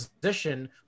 position